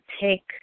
take